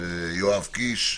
יואב קיש,